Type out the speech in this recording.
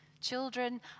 Children